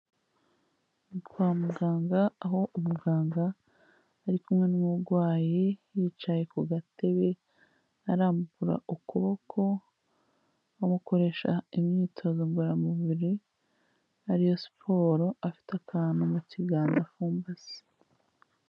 Kwa muganga aho umuganga ari kumwe n'umurwayi yicaye ku gatebe, arambura ukuboko amu gukoresha imyitozo ngororamubiri ari yo siporo, afite akantu mu kiganza apfumbase.